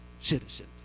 citizen